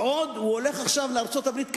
ועוד, הוא הולך עכשיו לארצות-הברית כשליח.